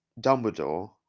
Dumbledore